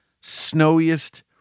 snowiest